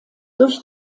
durch